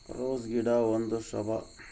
rose ಗಿಡ ಒಂದು shrub